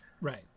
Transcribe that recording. right